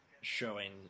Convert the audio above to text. showing